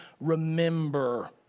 remember